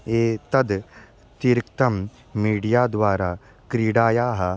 एतद् अतिरिक्तं मीडिया द्वारा क्रीडायाः